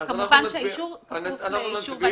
כמובן שהאישור כפוף לאישור ועדת הכנסת.